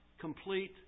complete